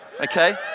okay